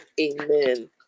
amen